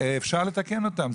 אפשר לתקן אותם.